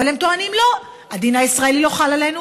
אבל הם טוענים: לא, הדין הישראלי לא חל עלינו.